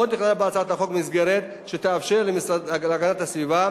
עוד נכללה בהצעת החוק מסגרת שתאפשר למשרד להגנת הסביבה